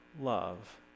love